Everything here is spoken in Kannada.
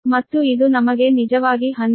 ಮತ್ತು ಇದು ನಮಗೆ ನಿಜವಾಗಿ 12